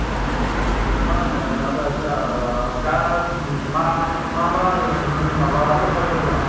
औ मा होनो आदा दा दा मा मा माने माबा अफारफोर दं